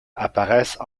apparaissent